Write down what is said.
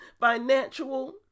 financial